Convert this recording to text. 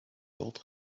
dort